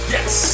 Yes